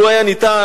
לו היה ניתן,